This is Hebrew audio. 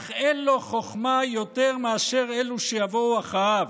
אך אין לו חוכמה יותר מאשר אלה שיבואו אחריו.